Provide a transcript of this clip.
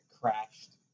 crashed